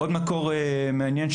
עוד מקור מעניין,